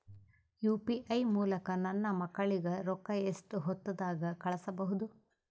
UPI ಮೂಲಕ ನನ್ನ ಮಕ್ಕಳಿಗ ರೊಕ್ಕ ಎಷ್ಟ ಹೊತ್ತದಾಗ ಕಳಸಬಹುದು?